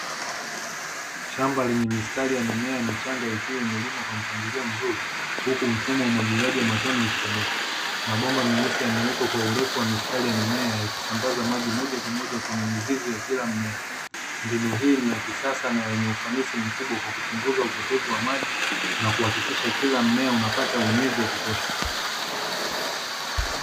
Shamba lenye mistari ya mimea michanga ikiwa imelimwa kwa mpangilio mzuri huku mfumo wa umwagiliaji wa matone ukitumika, mabomba meusi yamewekwa kwa urefu wa mistari ya mimea yakisambaza maji moja kwa moja kwenye mizizi ya kila mmea. Mbinu hii ni ya kisasa na yenye ufanisi mkubwa kwa kupunguza upotevu wa maji na kuhakikisha kila mmea unapata unyevu wa kutosha.